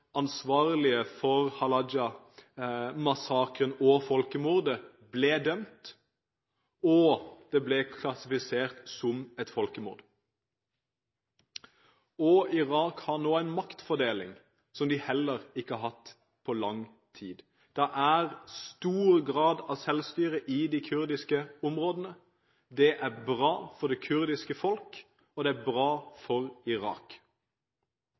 ansvarlige for Halabja-massakren og folkemordet ble dømt og det ble klassifisert som et folkemord. Irak har nå en maktfordeling som de heller ikke har hatt på lang tid, og det er stor grad av selvstyre i de kurdiske områdene. Det er bra for det kurdiske folk, og det er bra for Irak.